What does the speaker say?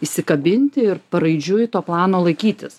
įsikabinti ir paraidžiui to plano laikytis